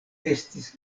estis